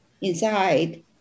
inside